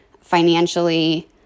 financially